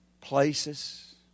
places